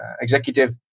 executive